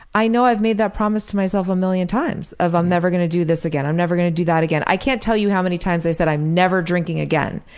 i know i've made that promise to myself a million times of i'm never gonna do this again, i'm never gonna do that again. i can't tell you how many times i said i'm never drinking again.